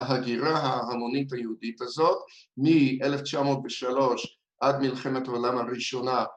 ‫ההגירה ההמונית היהודית הזאת, ‫מ-1903 עד מלחמת העולם הראשונה.